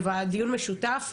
דיון משותף,